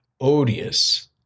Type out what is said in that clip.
odious